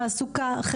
תעסוקה,